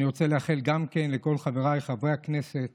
אני רוצה לאחל גם לכל חבריי חברי הכנסת